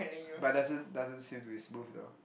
but doesn't doesn't seem to be smooth though